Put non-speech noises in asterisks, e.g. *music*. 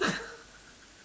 *laughs*